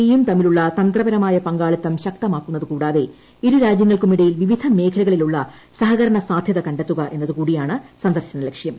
E യും തമ്മിലുള്ള തന്ത്രപരമായ പങ്കാളിത്തം ശക്തമാക്കുന്നത് കൂടാതെ ഇരുരാജ്യങ്ങൾക്കുമിടയിൽ വിവിധ മേഖലകളിലുള്ള സഹകരണ സാധ്യത കണ്ടെത്തുക എന്നതു കൂടിയാണ് സന്ദർശന ലക്ഷ്യം